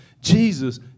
Jesus